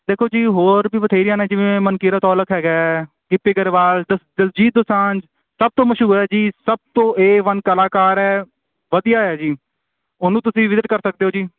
ਦੇਖੋ ਜੀ ਹੋਰ ਵੀ ਬਥੇਰੀਆਂ ਨੇ ਜਿਵੇਂ ਮਨਕੀਰਤ ਔਲਖ ਹੈਗਾ ਗਿੱਪੀ ਗਰੇਵਾਲ ਦ ਦਿਲਜੀਤ ਦੋਸਾਂਝ ਸਭ ਤੋਂ ਮਸ਼ਹੂਰ ਹੈ ਜੀ ਸਭ ਤੋਂ ਏ ਵਨ ਕਲਾਕਾਰ ਹੈ ਵਧੀਆ ਹੈ ਜੀ ਉਹਨੂੰ ਤੁਸੀਂ ਵਿਜਿਟ ਕਰ ਸਕਦੇ ਹੋ ਜੀ